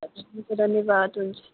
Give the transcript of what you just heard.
हुन्छ धन्यवाद हुन्छ